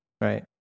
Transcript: Right